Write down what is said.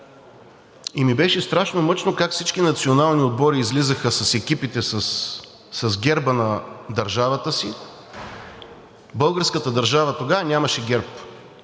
ми страшно мъчно как всички национални отбори излизаха с екипите с герба на държавата си, българската държава тогава нямаше герб.